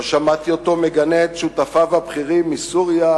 לא שמעתי אותו מגנה את שותפיו הבכירים מסוריה,